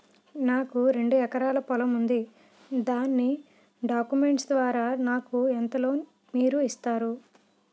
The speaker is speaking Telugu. నాకు రెండు ఎకరాల పొలం ఉంది దాని డాక్యుమెంట్స్ ద్వారా నాకు ఎంత లోన్ మీరు ఇస్తారు?